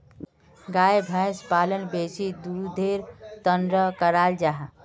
गाय भैंस पालन बेसी दुधेर तंर कराल जाहा